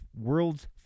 world's